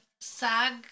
SAG